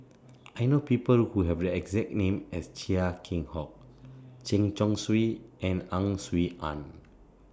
I know People Who Have The exact name as Chia Keng Hock Chen Chong Swee and Ang Swee Aun